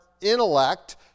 intellect